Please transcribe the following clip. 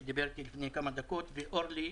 שדיבר איתי לפני כמה דקות ועם אורלי,